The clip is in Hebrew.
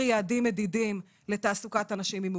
יעדים מדידים לתעסוקת אנשים עם מוגבלות.